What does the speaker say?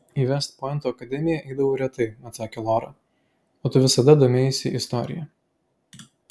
į vest pointo akademiją eidavau retai atsakė lora o tu visada domėjaisi istorija